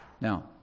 Now